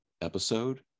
episode